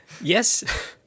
Yes